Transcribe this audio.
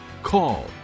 call